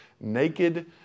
naked